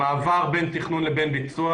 המעבר בין תכנון לבין ביצוע,